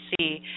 see